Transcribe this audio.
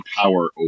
power